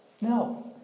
no